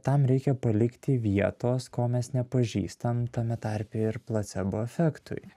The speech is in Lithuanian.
tam reikia palikti vietos ko mes nepažįstam tame tarpe ir placebo efektui